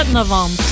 novembre